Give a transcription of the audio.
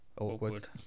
awkward